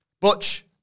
Butch